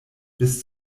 bis